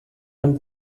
ein